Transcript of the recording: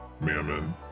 Mammon